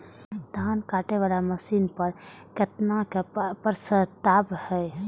धान काटे वाला मशीन पर केतना के प्रस्ताव हय?